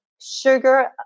sugar